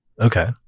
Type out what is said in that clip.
Okay